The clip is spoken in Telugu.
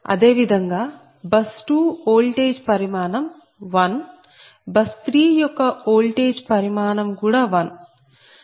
అదే విధంగా బస్ 2 ఓల్టేజ్ పరిమాణం1 బస్ 3 యొక్క ఓల్టేజ్ పరిమాణం కూడా 1